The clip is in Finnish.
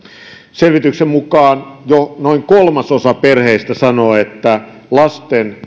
selvityksen mukaan jo noin kolmasosa perheistä sanoo että lasten